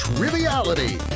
Triviality